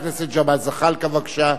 חבר הכנסת ג'מאל זחאלקה, בבקשה.